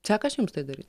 sekas jums tai daryt